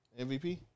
MVP